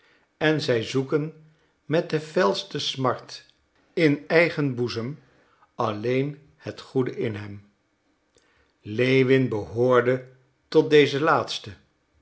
en zij zoeken met de felste smart in eigen boezem alleen het goede in hem lewin behoorde tot deze laatsten